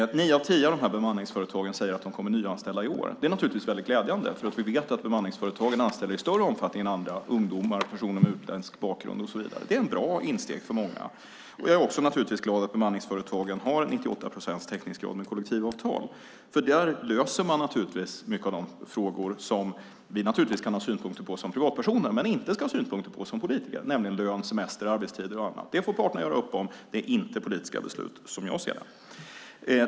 Nio av tio av bemanningsföretagen säger att de kommer att nyanställa i år. Det är naturligtvis väldigt glädjande. Vi vet att bemanningsföretagen i större omfattning än andra anställer ungdomar och personer med utländsk bakgrund och så vidare. Det är ett bra insteg för många. Jag är naturligtvis också glad att bemanningsföretagen har 98 procents täckningsgrad med kollektivavtal. Där löser man många av de frågor som vi kan ha synpunkter på som privatpersoner men inte ska ha synpunkter på som politiker, nämligen lön, semester, arbetstider och annat. Det får parterna göra upp om, det är inte politiska beslut, som jag ser det.